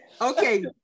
okay